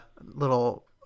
little